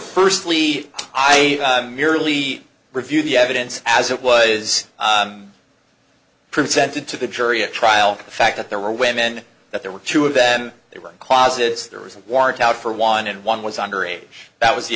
firstly i merely review the evidence as it was presented to the jury a trial the fact that there were women that there were two of them they were closets there was a warrant out for one and one was under age that was the